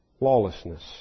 lawlessness